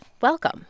Welcome